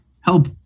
help